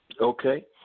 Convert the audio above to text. Okay